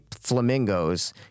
flamingos